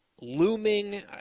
looming